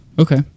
okay